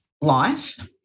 life